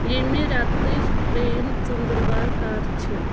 ییٚمہِ ریٚتٕچ ترٛیٚیم ژٔندٕروار کَر چھِ ؟